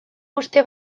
uste